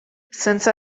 senza